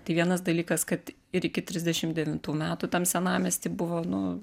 tai vienas dalykas kad ir iki trisdešim devintų metų tam senamiesty buvo nu